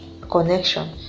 connection